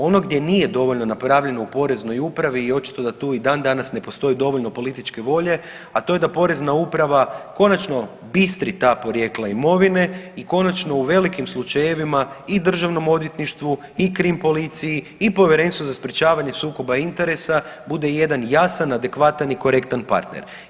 Ono gdje nije dovoljno napravljeno u Poreznoj upravi je očito da tu i dan danas ne postoji dovoljno političke volje, a to je da Porezna uprava konačno bistri ta porijekla imovine i konačno u velikim slučajevima i Državnom odvjetništvu i krim policiji i Povjerenstvu za sprječavanje sukoba interesa bude jedan jasan, adekvatan i korektan partner.